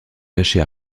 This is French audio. cachet